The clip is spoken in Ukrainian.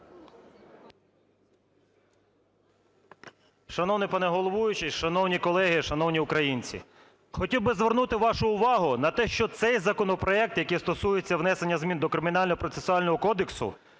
Шановний пане головуючий, шановні колеги, шановні українці! Хотів би звернути вашу увагу на те, що цей законопроект, який стосується внесення змін до Кримінально-процесуального кодексу,